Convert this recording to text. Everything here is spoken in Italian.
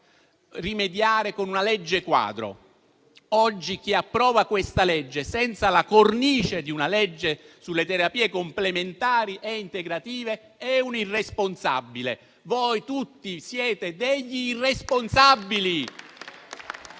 rimediare con una legge quadro. Chi oggi approva questa legge senza la cornice di una legge sulle terapie complementari e integrative è un irresponsabile. Voi tutti siete degli irresponsabili!